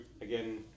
again